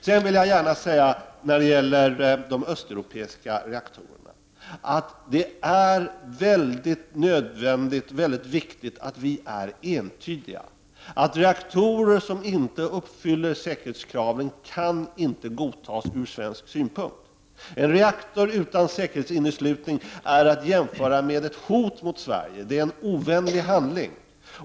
Sedan vill jag gärna, när det gäller de östeuropeiska reaktorerna, säga att det är mycket viktigt och nödvändigt att vi i Sverige är entydiga — reaktorer som inte uppfyller säkerhetskraven kan inte godtas ur svensk synpunkt. En reaktor utan säkerhetsinneslutning är att jämföra med ett hot mot Sverige. Det innebär en ovänlig handling.